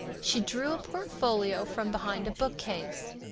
she drew a portfolio from behind a bookcase.